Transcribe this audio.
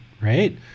right